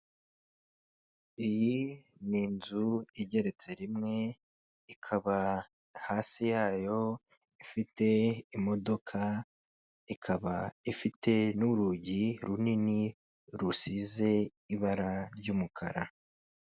Iyi ni inzu igeretse rimwe, ikaba hasi yayo ifite imodoka, ikaba ifite n'urugi runini, rusize ibara ry'umukara.